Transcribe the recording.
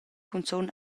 cunzun